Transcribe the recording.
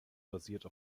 basierte